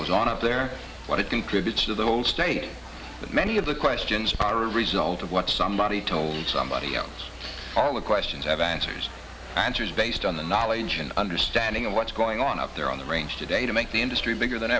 goes on up there what it contributes to the whole state but many of the questions are a result of what somebody told somebody else all the questions have answers answers based on the knowledge and understanding of what's going on up there on the range today to make the industry bigger than